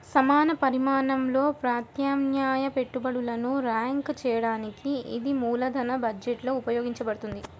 సమాన పరిమాణంలో ప్రత్యామ్నాయ పెట్టుబడులను ర్యాంక్ చేయడానికి ఇది మూలధన బడ్జెట్లో ఉపయోగించబడుతుంది